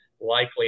likely